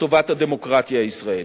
לטובת הדמוקרטיה הישראלית.